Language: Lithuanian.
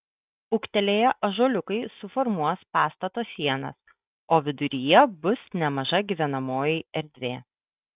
ūgtelėję ąžuoliukai suformuos pastato sienas o viduryje bus nemaža gyvenamoji erdvė